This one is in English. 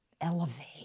elevate